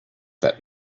that